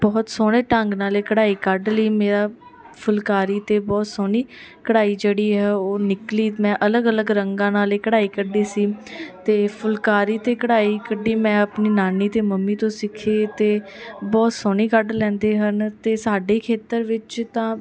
ਬਹੁਤ ਸੋਹਣੇ ਢੰਗ ਨਾਲ ਇਹ ਕਢਾਈ ਕੱਢ ਲਈ ਮੇਰਾ ਫੁਲਕਾਰੀ 'ਤੇ ਬਹੁਤ ਸੋਹਣੀ ਕਢਾਈ ਜਿਹੜੀ ਹੈ ਉਹ ਨਿਕਲੀ ਮੈਂ ਅਲੱਗ ਅਲੱਗ ਰੰਗਾਂ ਨਾਲ ਇਹ ਕਢਾਈ ਕੱਢੀ ਸੀ ਅਤੇ ਫੁਲਕਾਰੀ 'ਤੇ ਕਢਾਈ ਕੱਢੀ ਮੈਂ ਆਪਣੀ ਨਾਨੀ ਅਤੇ ਮੰਮੀ ਤੋਂ ਸਿੱਖੀ ਅਤੇ ਬਹੁਤ ਸੋਹਣੀ ਕੱਢ ਲੈਂਦੇ ਹਨ ਅਤੇ ਸਾਡੇ ਖੇਤਰ ਵਿੱਚ ਤਾਂ